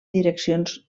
direccions